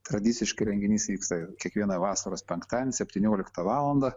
tradiciškai renginys vyksta kiekvieną vasaros penktadien septynioliktą valandą